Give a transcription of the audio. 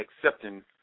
accepting